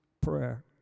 prayer